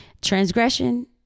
transgression